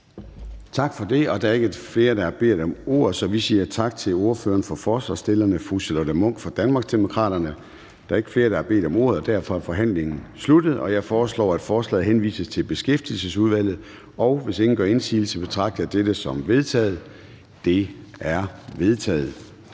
Tak for det. Der er ikke flere, der har bedt om ordet, så vi siger tak til ordføreren for forslagsstillerne, fru Charlotte Munch fra Danmarksdemokraterne. Der er ikke flere, der har bedt om ordet, og derfor er forhandlingen sluttet. Jeg foreslår, at forslaget til folketingsbeslutning henvises til Beskæftigelsesudvalget. Hvis ingen gør indsigelse, betragter jeg dette som vedtaget. Det er vedtaget.